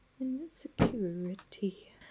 Insecurity